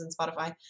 Spotify